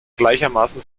gleichermaßen